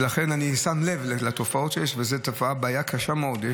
ולכן, אני שם לב לתופעות שיש, וזו בעיה קשה מאוד.